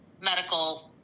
medical